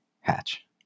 Hatch